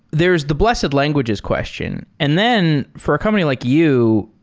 there's the blessed languages question. and then for a company like you,